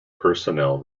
personnel